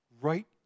right